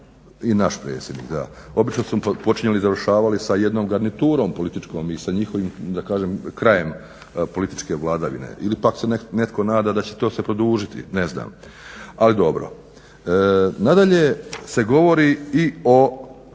i naš predsjednik, obično su počinjali i završavali sa jednom garniturom političkom i sa njihovim krajem političke vladavine ili pak se netko nada da će se to produžiti, ne znam, ali dobro. Nadalje se govori o